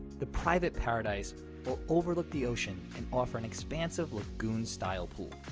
the private paradise will overlook the ocean and offer an expansive lagoon-style pool.